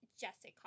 Jessica